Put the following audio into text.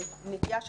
הנטייה,